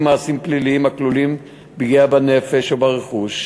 מעשים פליליים הכוללים פגיעה בנפש או ברכוש,